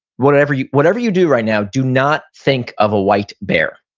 whatever you whatever you do right now, do not think of a white bear.